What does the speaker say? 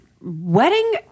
Wedding